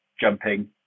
jumping